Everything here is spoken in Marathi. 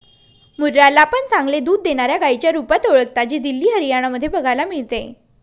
मुर्रा ला पण चांगले दूध देणाऱ्या गाईच्या रुपात ओळखता, जी दिल्ली, हरियाणा मध्ये बघायला मिळते